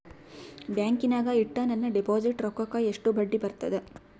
ಬ್ಯಾಂಕಿನಾಗ ಇಟ್ಟ ನನ್ನ ಡಿಪಾಸಿಟ್ ರೊಕ್ಕಕ್ಕ ಎಷ್ಟು ಬಡ್ಡಿ ಬರ್ತದ?